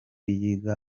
yiga